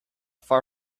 far